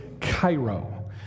Cairo